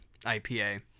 IPA